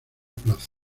plaza